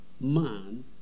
man